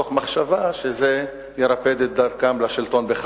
מתוך מחשבה שזה ירפד את דרכם חזרה לשלטון.